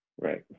Right